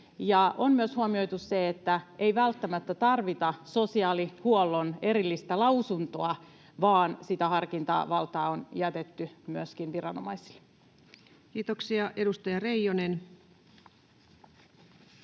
on myös huomioitu se, että ei välttämättä tarvita sosiaalihuollon erillistä lausuntoa, vaan sitä harkintavaltaa on jätetty myöskin viranomaisille. [Speech 18] Speaker: